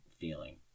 feeling